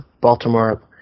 Baltimore